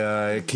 מצאו עבודה,